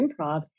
improv